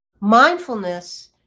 Mindfulness